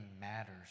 matters